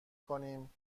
کنیم